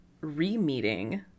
re-meeting